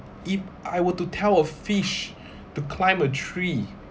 if I were to tell a fish to climb a tree